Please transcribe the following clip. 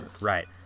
right